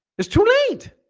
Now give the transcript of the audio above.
it's too late